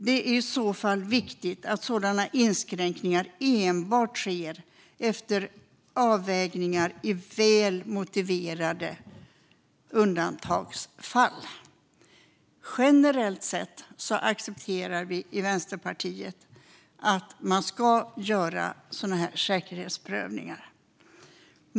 Det är i så fall viktigt att sådana inskränkningar enbart sker efter avvägningar i väl motiverade undantagsfall. Generellt sett accepterar vi i Vänsterpartiet att man ska göra sådana här säkerhetsprövningar.